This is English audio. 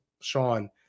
Sean